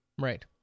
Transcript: Right